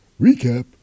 recap